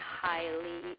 highly